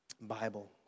Bible